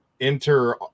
enter